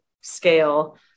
scale